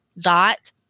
dot